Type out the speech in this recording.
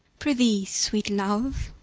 prithee, sweet love,